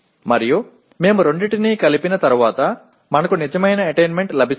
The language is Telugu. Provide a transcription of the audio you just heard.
మరియు మేము రెండింటినీ కలిపిన తర్వాత మనకు నిజమైన అటైన్మెంట్ లభిస్తాయి